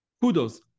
Kudos